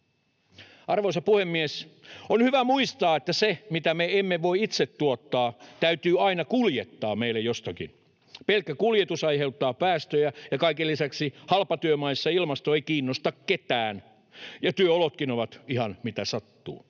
Arvoisa puhemies! On hyvä muistaa, että se, mitä me emme voi itse tuottaa, täytyy aina kuljettaa meille jostakin. Pelkkä kuljetus aiheuttaa päästöjä, ja kaiken lisäksi halpatyömaissa ilmasto ei kiinnosta ketään ja työolotkin ovat ihan mitä sattuu.